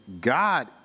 God